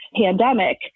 pandemic